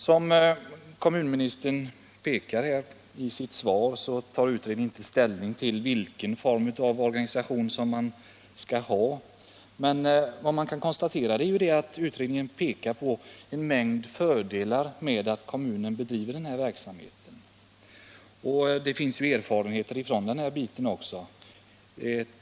Som kommunministern påpekar i sitt svar tar utredningen inte ställning till vilken form av organisation som man skall ha. Men vad man kan konstatera är ju att utredningen pekar på en mängd fördelar med att kommunerna bedriver den här verksamheten. Det finns erfarenhet av kommunal drift i det här avseendet.